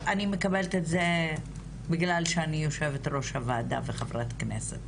אני מקבלת את זה בגלל שאני יושבת ראש הוועדה וחברת כנסת?